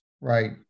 right